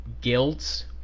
guilds